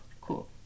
cool